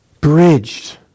bridged